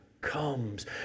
comes